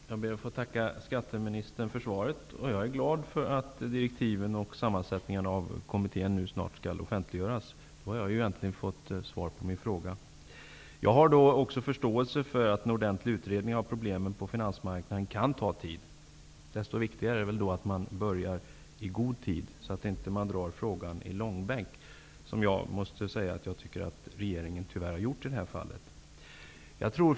Fru talman! Jag ber att få tacka skatteministern för svaret. Jag är glad över att direktiven och sammansättningen av kommittén nu snart skall offentliggöras. Därmed har jag egentligen fått svar på min fråga. Jag har förståelse för att en ordentlig utredning av problemen på finansmarknaden kan ta tid. Det är därför viktigt att man börjar i god tid, så att man inte drar frågan i långbänk, vilket jag anser att regeringen tyvärr har gjort i det här fallet. Fru talman!